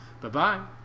Bye-bye